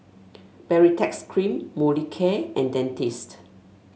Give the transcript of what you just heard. Baritex Cream Molicare and Dentiste